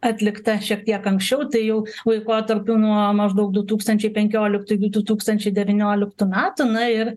atlikta šiek tiek anksčiau tai jau laikotarpiu nuo maždaug du tūkstančiai penkioliktų iki du tūkstančiai devynioliktų metų na ir